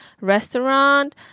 restaurant